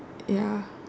ya